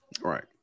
Right